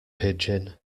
pigeon